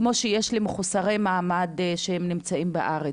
כמו שיש למחוסרי מעמד שנמצאים בארץ.